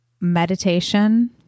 meditation